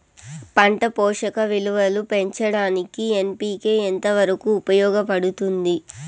పంట పోషక విలువలు పెంచడానికి ఎన్.పి.కె ఎంత వరకు ఉపయోగపడుతుంది